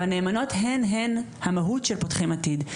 אבל הנאמנות הן הן המהות של "פותחים עתיד",